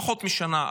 פחות משנה,